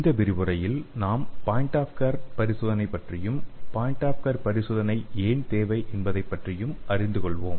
இந்த விரிவுரையில் நாம் பாயிண்ட் ஆஃப் கேர் பரிசோதனையை பற்றியும் பாயிண்ட் ஆஃப் கேர் பரிசோதனை ஏன் தேவை என்பதைப் பற்றியும் அறிந்து கொள்வோம்